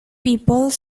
people